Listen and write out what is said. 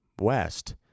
west